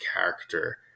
character